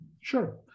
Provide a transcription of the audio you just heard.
Sure